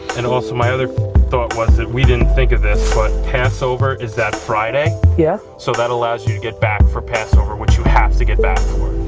and also, my other thought was, we didn't think of this, but passover is that friday yeah. so that allows you to get back for passover which you have to get back for.